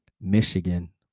michigan